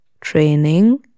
training